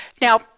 Now